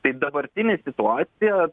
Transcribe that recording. tai dabartinė situacija